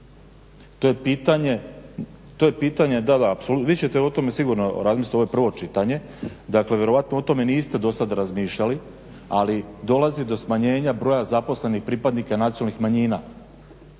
To je pitanje, vi ćete o tome sigurno razmisliti ovo je prvo čitanje, dakle vjerojatno o tome niste do sada razmišljali ali do smanjena broj zaposlenih pripadnika nacionalnih manjina.